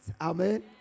Amen